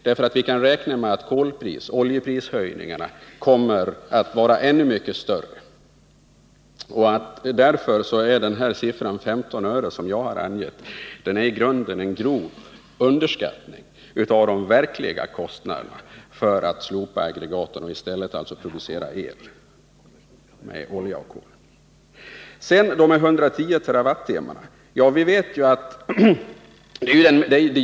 Vi kan nämligen räkna med att höjningen av koloch oljepriserna kommer att bli mycket större. Därför är siffran 15 öre, som jag angav, i grund och botten en grov underskattning av de verkliga kostnaderna för slopandet av aggregaten — om man i stället vill producera el med olja och kol. Sedan till de 110 TWh.